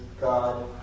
God